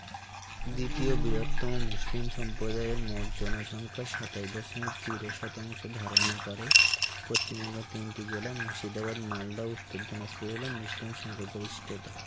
দ্বিতীয় বৃহত্তম মুসলিম সম্প্রদায় মোট জনসংখ্যার সাতাশ দশমিক জিরো শতাংশ ধারণা করে পশ্চিমবাংলার তিনটি জেলা মুর্শিদাবাদ মালদা উত্তর দিনাজপুর হলো মুসলিম সংখ্যাগরিষ্ঠতা